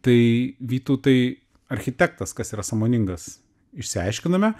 tai vytautai architektas kas yra sąmoningas išsiaiškiname